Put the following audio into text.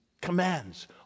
commands